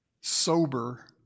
sober